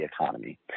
economy